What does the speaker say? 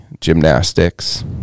gymnastics